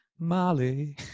molly